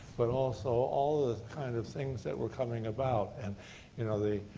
but also all the kind of things that were coming about and you know the,